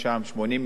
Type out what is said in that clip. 80 מיליון,